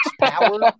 power